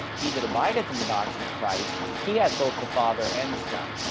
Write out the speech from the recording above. he that abideth in the doctrine of christ, he hath both the father and the son.